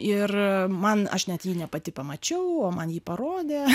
ir man aš net jį ne pati pamačiau o man jį parodė